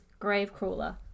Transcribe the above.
Gravecrawler